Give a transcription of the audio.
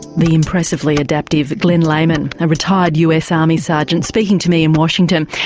the impressively adaptive glen lehman, a retired us army sergeant speaking to me in washington,